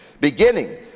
Beginning